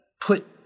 put